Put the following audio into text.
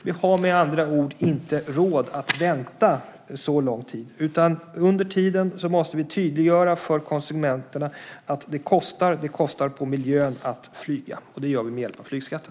Vi har med andra ord inte råd att vänta så lång tid. Under tiden måste vi tydliggöra för konsumenterna att det kostar på för miljön att flyga, och det gör vi med hjälp av flygskatten.